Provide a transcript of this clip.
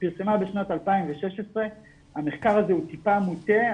פרסמה בשנת 2016. המחקר הזה הוא טיפה מוטה,